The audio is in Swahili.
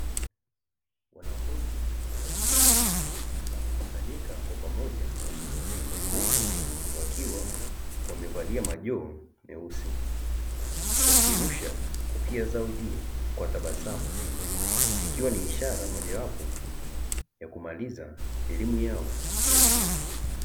Wanafunzi wa chuo wamekusanyika kwa pamoja huku wakiwa wamevalia majoho meusi, wakirusha kofia zao juu kwa tabasamu ikiwa ni ishara mojawapo ya kumaliza elimu yao ya chuo.